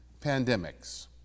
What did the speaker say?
pandemics